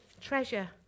treasure